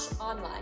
online